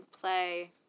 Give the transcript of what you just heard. play